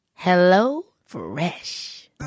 HelloFresh